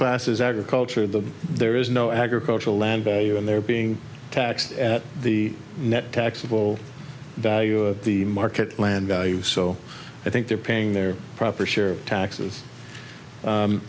class is agriculture the there is no agricultural land value and they're being taxed at the net taxable the market land value so i think they're paying their proper share of taxes